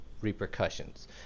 repercussions